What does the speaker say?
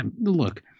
Look